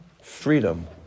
freedom